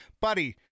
buddy